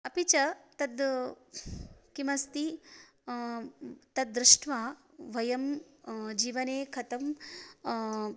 अपि च तत् किमस्ति तद्दृष्ट्वा वयं जीवने कथं